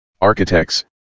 architects